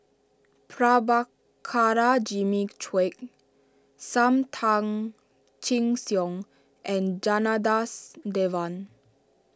Prabhakara Jimmy Quek Sam Tan Chin Siong and Janadas Devan